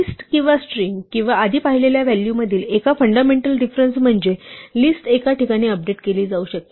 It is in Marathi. लिस्ट आणि स्ट्रिंग किंवा आधी पाहिलेल्या व्हॅलूमधील एक फंडामेंटल डिफरंस म्हणजे लिस्ट एका ठिकाणी अपडेट केली जाऊ शकते